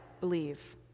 believe